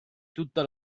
tutta